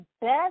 best